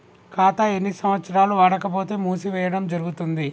ఖాతా ఎన్ని సంవత్సరాలు వాడకపోతే మూసివేయడం జరుగుతుంది?